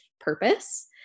purpose